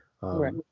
right